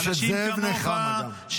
אנשים כמוך,